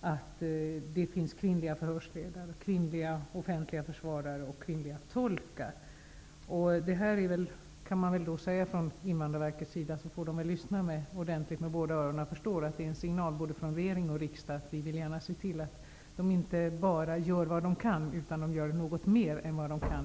att det finns kvinnliga förhörsledare, kvinnliga offentliga försvarare och kvinnliga tolkar. Invandrarverket får väl lyssna ordentligt med båda öronen och förstå att det är en signal från både regering och riksdag. Vi vill gärna se till att man på Invandrarverket inte bara gör vad man kan, utan gör något mer än vad man kan.